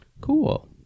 Cool